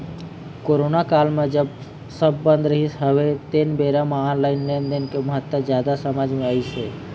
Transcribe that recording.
corona काल म जब सब बंद रहिस हवय तेन बेरा म ऑनलाइन लेनदेन के महत्ता जादा समझ मे अइस हे